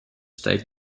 stay